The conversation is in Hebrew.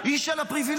היא של הפריבילגים,